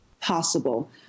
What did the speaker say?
possible